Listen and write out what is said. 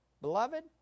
beloved